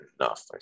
enough